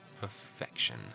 perfection